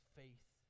faith